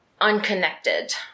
unconnected